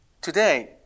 Today